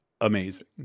amazing